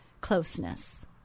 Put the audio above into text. closeness